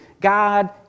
God